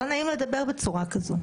פשוט לא נעים לדבר בצורה כזאת.